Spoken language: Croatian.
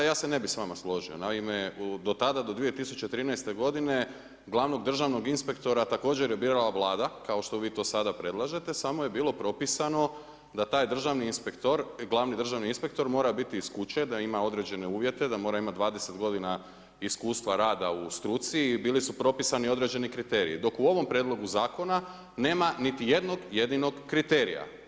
Ja se ne bi s vama složio, naime, do tada, do 2013. godine glavnog državnog inspektora također je birala Vlada, kao što vi to sada predlažete, samo je bilo propisano da taj državni, glavni državni inspektor mora biti iz kuće, da ima određene uvijete, da mora imati 20 godina iskustva rada u struci, bili su propisani određeni kriteriji, dok u ovom prijedlogu zakona nema niti jednog jedinog kriterija.